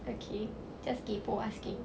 okay just kaypoh asking